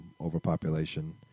overpopulation